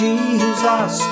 Jesus